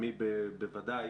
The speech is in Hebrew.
לטעמי בוודאי,